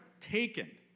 taken